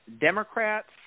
Democrats